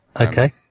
Okay